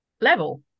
level